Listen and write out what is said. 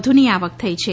વધુની આવક થઈ છે